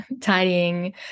tidying